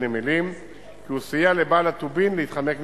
הנמלים כי הוא סייע לבעל הטובין להתחמק מתשלום.